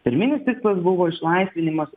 pirminis tikslas buvo išlaisvinimas